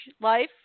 life